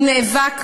הוא נאבק.